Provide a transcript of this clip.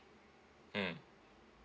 mm